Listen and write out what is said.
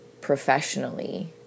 professionally